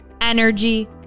energy